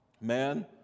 man